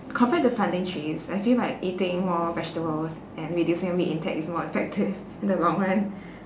compared to planting trees I feel like eating more vegetables and reducing meat intake is more effective in the long run